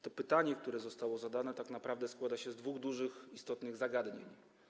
To pytanie, które zostało zadane, tak naprawdę składa się z dwóch dużych, istotnych zagadnień.